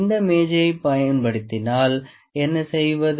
இந்த மேஜையை பயன்படுத்தினால் என்ன செய்வது